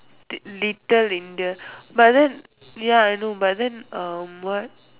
the little India but then ya I know but then um what